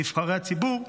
נבחרי הציבור,